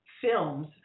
films